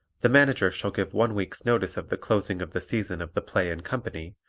the manager shall give one week's notice of the closing of the season of the play and company,